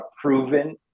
proven